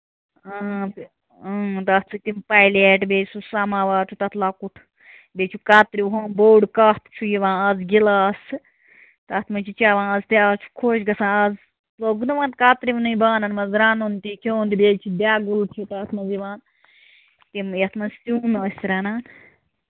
آ آ تَتھ چھِ تِم پَلیٹہٕ بیٚیہِ سُہ سَماوار چھُ تَتھ لۄکُٹ بیٚیہِ چھُ کَترِیو ہُہ بوٚڈ کَپ چھُ یِوان اَز گِلاسہٕ تَتھ منٛز چیٚوان اَز اَز چھِ خۄش گژھان از لوگوٕ نا وۅنۍ کَترِونٕے بانَن منٛز رَنُن تہِ چیوٚن تہِ بیٚیہِ چھُ دیگُل چھُ تَتھ منٛز یِوان یَتھ منٛز سیُن ٲسۍ رَنان